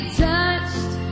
touched